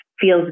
feels